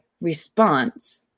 response